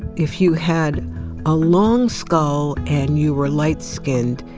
if you had a long skull and you were light-skinned,